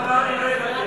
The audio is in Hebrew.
בפעם הבאה אני לא אוותר.